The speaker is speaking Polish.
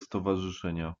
stowarzyszenia